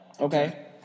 Okay